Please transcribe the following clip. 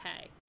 okay